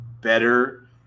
better